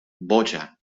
boja